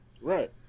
right